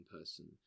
person